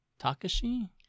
Takashi